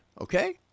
okay